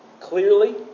clearly